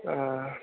آ